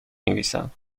نویسم